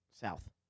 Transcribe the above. South